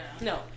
No